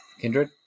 Kindred